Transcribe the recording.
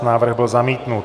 Návrh byl zamítnut.